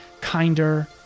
kinder